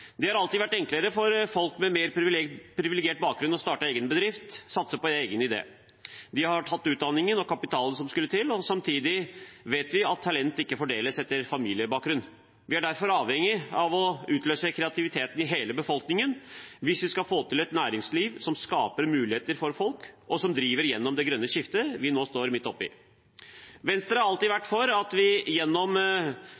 Det har alltid vært enklere for folk med mer privilegert bakgrunn å starte egen bedrift og satse på en egen idé. De har tatt utdanningen og har kapitalen som skulle til. Samtidig vet vi at talent ikke fordeles etter familiebakgrunn. Vi er derfor avhengig av å utløse kreativiteten i hele befolkningen hvis vi skal få til et næringsliv som skaper muligheter for folk, og som driver igjennom det grønne skiftet vi nå står midt oppe i. Venstre har alltid